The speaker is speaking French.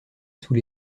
sous